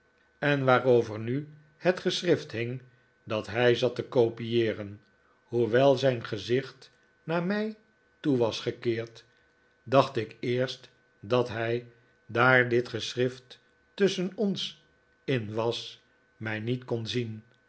en waarover nu het geschrift hing dat hij zat te kopieereh hoewel zijn gezicht naar mij toe was gekeerd dacht ik eerst dat hij daar dit geikblijf bij mijnheer wickfield schrift tusschen ons in was mij niet kon zien